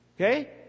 Okay